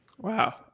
Wow